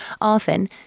Often